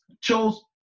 chose